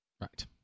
Right